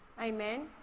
amen